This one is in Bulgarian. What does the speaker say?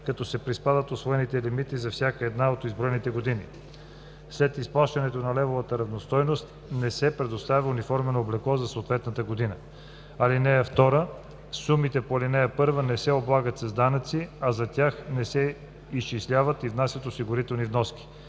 като се приспадат усвоените лимити за всяка една от изброените години. След изплащане на левовата равностойност, не се предоставя униформено облекло за съответната година. (2) Сумите по ал. 1 не се облагат с данъци и за тях не се изчисляват и внасят осигурителни вноски.